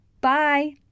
Bye